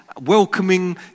welcoming